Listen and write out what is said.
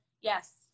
yes